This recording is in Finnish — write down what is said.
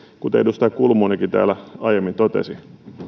kuten edustaja kulmunikin täällä aiemmin totesi